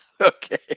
Okay